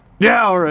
yeah,